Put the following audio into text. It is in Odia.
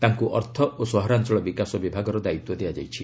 ତାଙ୍କୁ ଅର୍ଥ ଓ ସହରାଞ୍ଚଳ ବିକାଶ ବିଭାଗର ଦାୟିତ୍ୱ ଦିଆଯାଇଛି